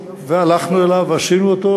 והלכנו אליו ועשינו אותו,